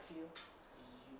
I feel